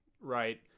right